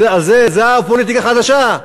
זו הפוליטיקה החדשה?